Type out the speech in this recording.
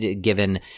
given